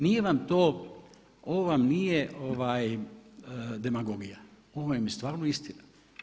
Nije vam to ovo vam nije demagogija, ovo vam je stvarno istina.